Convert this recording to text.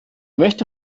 möchte